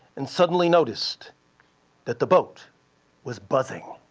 and suddenly noticed that the boat was buzzing.